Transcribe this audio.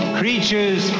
creatures